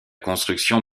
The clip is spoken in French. construction